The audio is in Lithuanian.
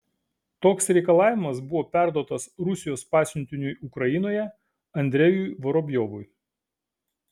toks reikalavimas buvo perduotas rusijos pasiuntiniui ukrainoje andrejui vorobjovui